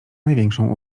największą